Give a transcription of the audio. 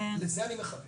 לזה אני מכוון.